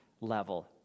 level